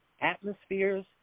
atmospheres